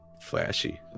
Flashy